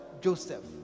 Joseph